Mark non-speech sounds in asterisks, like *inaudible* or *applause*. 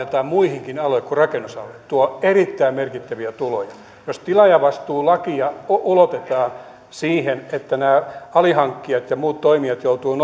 veronumero lainataan muillekin aloille kuin rakennusalalle se tuo erittäin merkittäviä tuloja jos tilaajavastuulakia ulotetaan siihen että nämä alihankkijat ja muut toimijat joutuvat *unintelligible*